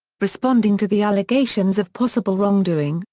responding to the allegations of possible wrongdoing,